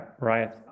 right